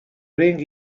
ring